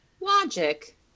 Logic